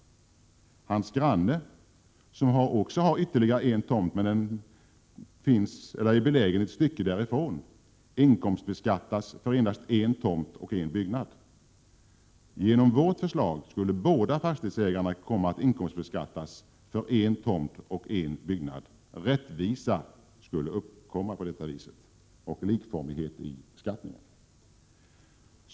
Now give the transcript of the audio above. Hans granne som har ytterligare en tomt ett stycke därifrån inkomstbeskattas för endast en tomt och en byggnad. Genom vårt förslag skulle båda fastighetsägarna komma att inkomstbeskattas för en tomt och en byggnad. På det viset skulle man uppnå rättvisa och likformighet i beskattningen.